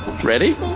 Ready